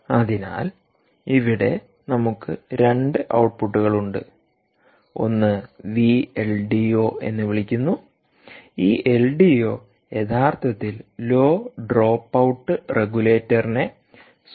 അതിനാൽ ഇവിടെ നമുക്ക് രണ്ട് ഔട്ട്പുട്ടുകൾ ഉണ്ട് ഒന്ന് വി എൽ ഡി ഒ എന്ന് വിളിക്കുന്നു ഈ എൽ ഡി ഒ യഥാർത്ഥത്തിൽ ലോ ഡ്രോപ്പ് ഔട്ട് റെഗുലേറ്റർ നെ സൂചിപ്പിക്കുന്നു